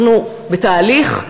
אנחנו בתהליך,